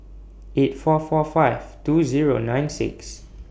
eight four four five two Zero nine six